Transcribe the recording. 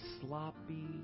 sloppy